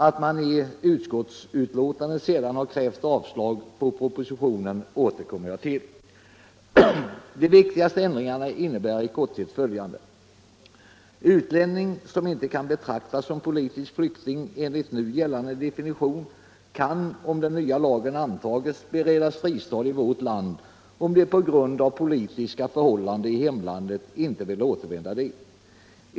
Att man i utskottets betänkande sedan har yrkat avslag på propositionen återkommer jag till. De viktigaste ändringarna innebär i korthet följande: Utlänningar som inte kan betraktas som politiska flyktingar enligt nu gällande definition kan, om den nya lagen antas, beredas fristad i vårt land om de på grund av politiska förhållanden i hemlandet inte vill återvända dit.